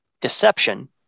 deception